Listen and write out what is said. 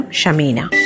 Shamina